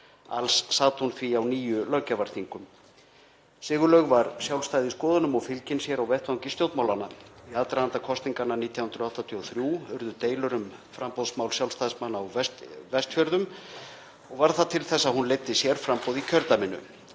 Alls sat hún því á níu löggjafarþingum. Sigurlaug var sjálfstæð í skoðunum og fylgin sér á vettvangi stjórnmálanna. Í aðdraganda kosninga 1983 urðu deilur um framboðsmál Sjálfstæðismanna í Vestfjarðakjördæmi til þess að hún leiddi sérframboð í kjördæminu.